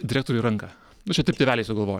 direktoriui ranką nu čia taip tėveliai sugalvojo